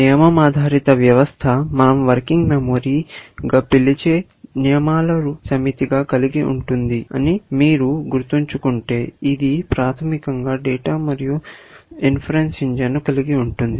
నియమం ఆధారిత వ్యవస్థ మనం వర్కింగ్ మెమరీగా పిలిచే నియమాల సమితిని కలిగి ఉంటుందని మీరు గుర్తుంచుకుంటే ఇది ప్రాథమికంగా డేటా మరియు అనుమితి ఇంజిన్ను కలిగి ఉంటుంది